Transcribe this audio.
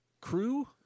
Crew